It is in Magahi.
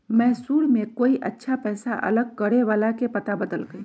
मैसूर में कोई अच्छा पैसा अलग करे वाला के पता बतल कई